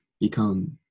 become